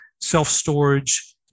self-storage